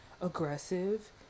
aggressive